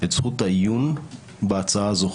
את זכות העיון בהצעת הזוכה,